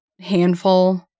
handful